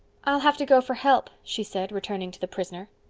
i'll have to go for help, she said, returning to the prisoner.